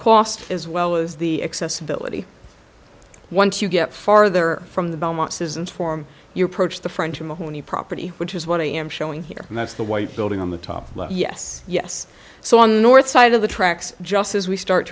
cost as well as the accessibility once you get farther from the belmont citizens form your approach the frontier mahoney property which is what i am showing here and that's the white building on the top yes yes so on north side of the tracks just as we start